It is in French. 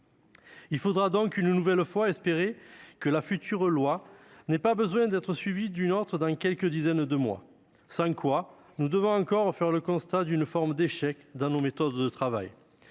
espérons donc, une nouvelle fois, que la future loi n'aura pas besoin d'être suivie d'une autre dans quelques dizaines de mois. Sans quoi, nous devrons encore faire le constat d'une forme d'échec dans nos méthodes de travail.